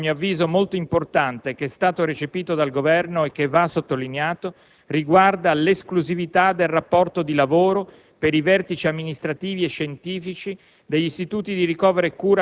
Un secondo punto a mio avviso molto importante che è stato recepito dal Governo, e che va sottolineato, riguarda l'esclusività del rapporto di lavoro per i vertici amministrativi e scientifici